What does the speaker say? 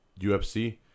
UFC